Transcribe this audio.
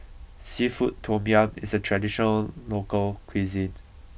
Seafood Tom Yum is a traditional local cuisine